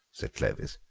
said clovis.